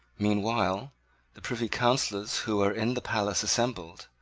meanwhile the privy councillors who were in the palace assembled.